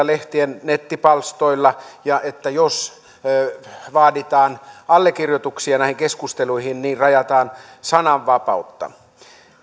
lehtien nettipalstoilla ja että jos vaaditaan allekirjoituksia näihin keskusteluihin niin rajataan sananvapautta